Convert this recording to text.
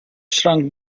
shrunk